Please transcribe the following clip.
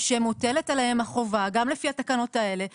מוטלת עליהם החובה, גם לפי התקנות האלה.